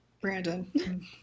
Brandon